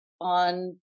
on